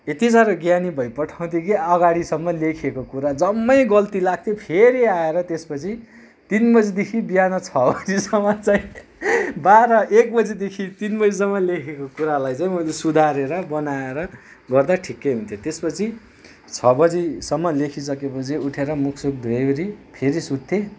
एति साह्रो ज्ञानी भइपठाउथेँ कि अगाडिसम्म लेखेको कुरा जम्मै गल्ती लाग्थ्यो फेरि आएर त्यसपछि तिन बजीदेखि बिहान छ बजीसम्म चाहिँ बाह्र एक बजीदेखि तिन बजीसम्म लेखेको कुरालाई चाहिँ मैले सुधारेर बनाएर गर्दा ठिकै हुन्थ्यो त्यसपछि छ बजीसम्म लेखिसक्यो पछि उठेर मुखसुख धोइवरी फेरि सुत्थेँ